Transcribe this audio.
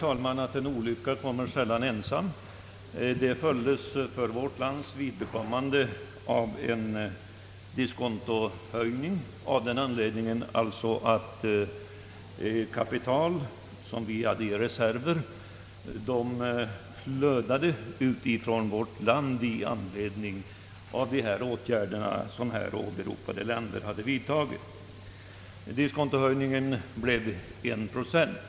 En olycka kommer sällan ensam. Devalveringen utomlands följdes för vårt lands vidkommande av en diskontohöjning, på grund av att kapital som vi hade i vår valutareserv flödade ut från landet, vilket i sin tur var en följd av de åtgärder som här åberopade länder hade vidtagit. Diskontohöjningen blev 1 procent.